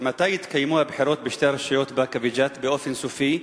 מתי יתקיימו הבחירות בשתי הרשויות באקה וג'ת באופן סופי,